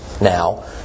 now